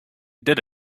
did